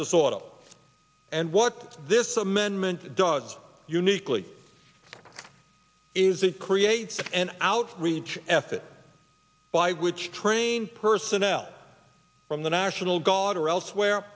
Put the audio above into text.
disorder and what this amendment does uniquely is it creates an outreach effort by which trained personnel from the national guard or elsewhere